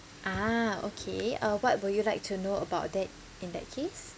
ah okay uh what would you like to know about that in that case